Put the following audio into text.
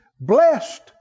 Blessed